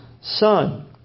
son